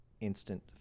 instant